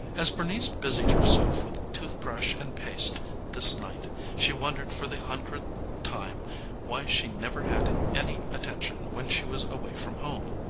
as bernice busied herself with tooth-brush and paste this night she wondered for the hundredth time why she never had any attention when she was away from home.